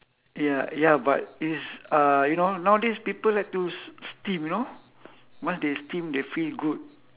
ya ya but it's uh you know nowadays people like to s~ steam you know once they steam they feel good